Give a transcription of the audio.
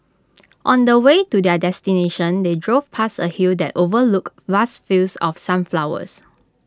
on the way to their destination they drove past A hill that overlooked vast fields of sunflowers